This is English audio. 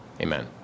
Amen